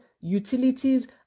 utilities